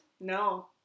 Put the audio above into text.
No